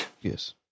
yes